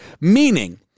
meaning